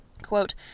quote